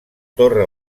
torre